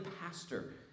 pastor